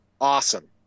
awesome